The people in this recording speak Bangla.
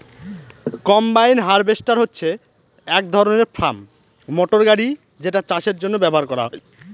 কম্বাইন হার্ভেস্টর হচ্ছে এক ধরনের ফার্ম মটর গাড়ি যেটা চাষের জন্য ব্যবহার করা হয়